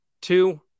two